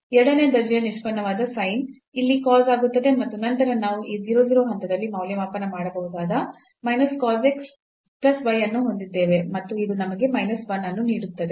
ಎರಡನೇ ದರ್ಜೆಯ ನಿಷ್ಪನ್ನವಾದ sin ಇಲ್ಲಿ cos ಆಗುತ್ತದೆ ಮತ್ತು ನಂತರ ನಾವು ಈ 0 0 ಹಂತದಲ್ಲಿ ಮೌಲ್ಯಮಾಪನ ಮಾಡಬಹುದಾದ minus cos x plus y ಅನ್ನು ಹೊಂದಿದ್ದೇವೆ ಮತ್ತು ಇದು ನಮಗೆ ಮೈನಸ್ 1 ಅನ್ನು ನೀಡುತ್ತದೆ